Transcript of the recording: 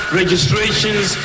registrations